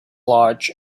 large